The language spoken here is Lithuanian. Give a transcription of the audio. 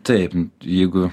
taip jeigu